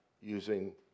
using